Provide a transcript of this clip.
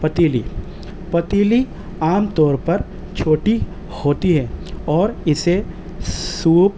پتیلی پتیلی عام طور پر چھوٹی ہوتی ہے اور اسے سوپ